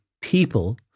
people